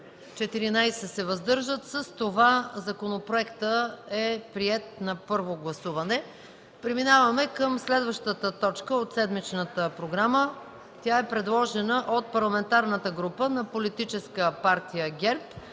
няма, въздържали се 14. С това законопроектът е приет на първо гласуване. Преминаваме към следващата точка от седмичната програма. Тя е предложена от парламентарната група на ГЕРБ и е първо